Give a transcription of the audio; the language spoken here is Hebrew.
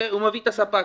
הוא מביא את הספק.